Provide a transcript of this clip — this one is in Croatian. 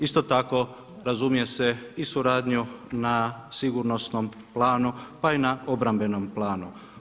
Isto tako razumije se i suradnju na sigurnosnom planu, pa i na obrambenom planu.